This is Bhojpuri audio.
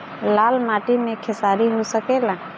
लाल माटी मे खेसारी हो सकेला?